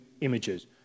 images